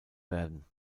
werden